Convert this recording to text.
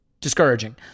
discouraging